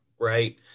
right